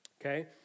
Okay